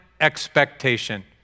expectation